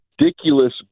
ridiculous